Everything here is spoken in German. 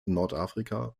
nordafrika